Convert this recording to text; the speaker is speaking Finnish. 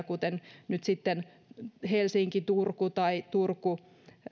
kuten nyt sitten helsinki turku